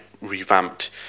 revamped